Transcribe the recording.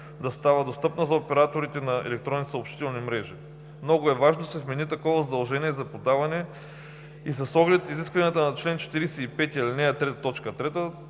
да става достъпна за операторите на електронни съобщителни мрежи. Много е важно да се вмени такова задължение за подаване и с оглед изискванията на чл. 45, ал. 3,